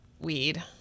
weed